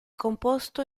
composto